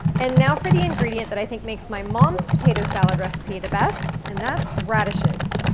and now, for the ingredient that i think makes my mom's potato salad recipe the best, and that's radishes.